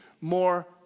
more